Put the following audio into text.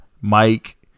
Mike